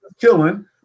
killing